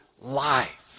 life